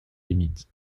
limites